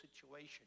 situation